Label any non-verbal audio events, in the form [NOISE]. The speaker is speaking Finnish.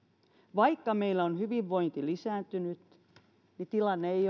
vaikka meillä on hyvinvointi lisääntynyt tilanne ei [UNINTELLIGIBLE]